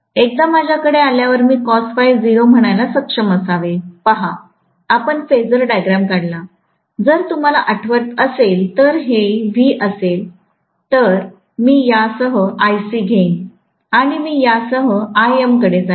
एकदा माझ्याकडे आल्यावर मी म्हणायला सक्षम असावे पहा आपण फेझरडायग्राम काढला जर तुम्हाला आठवत असेल तर जर हे V असेल तर मी यासह Ic घेईन आणि मी यासह Im कडे जाईन